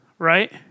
Right